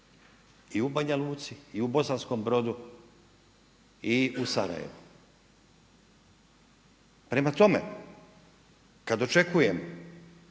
i u Banja Luci, i u Bosanskom Brodu i u Sarajevu. Prema tome, kad očekujem